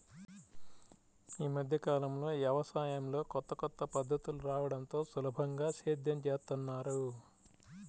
యీ మద్దె కాలంలో యవసాయంలో కొత్త కొత్త పద్ధతులు రాడంతో సులభంగా సేద్యం జేత్తన్నారు